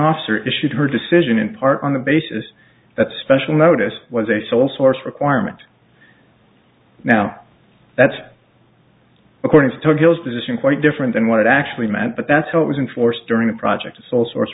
officer issued her decision in part on the basis that special notice was a sole source requirement now that's according to tokyo's position quite different than what it actually meant but that's how it was enforced during the project a sole source